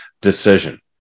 decision